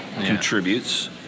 contributes